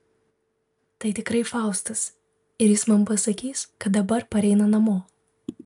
tai tikrai faustas ir jis man pasakys kad dabar pareina namo